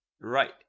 right